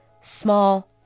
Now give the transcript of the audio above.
small